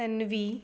Tanvi